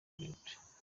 rurerure